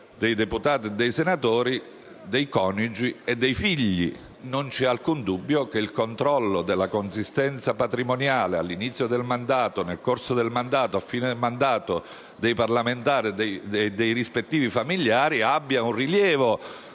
di deputati e senatori, nonché dei loro coniugi e figli. Non c'è alcun dubbio che il controllo della consistenza patrimoniale all'inizio, nel corso e alla fine del mandato dei parlamentari e dei rispettivi familiari abbia un rilevo